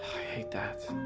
hate that